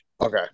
Okay